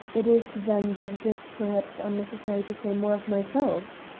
it is, then, that it is perhaps unnecessary to say more of myself?